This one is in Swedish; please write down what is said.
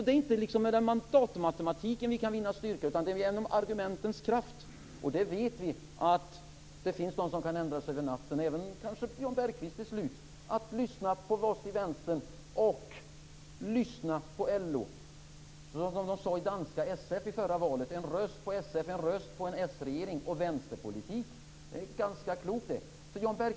Det är inte mellan mandatmatematiken vi kan vinna styrka utan genom argumentens kraft. Där vet vi att det finns de som kan ändra sig över natten. Kanske Jan Bergqvist till slut börjar lyssna på oss i Vänstern och på LO. Som de sade i danska SF i förra valet: En röst på SF är en röst på en s-regering och vänsterpolitik. Det var ganska klokt.